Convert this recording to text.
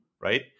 right